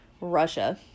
Russia